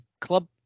club